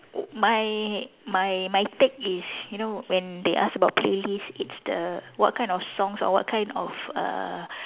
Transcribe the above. my my my take is you know when they ask about playlist it's the what kind of songs or what kind of err